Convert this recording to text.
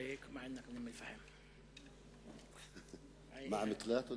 בשפה הערבית, להלן תרגומם לעברית: עם מקלט או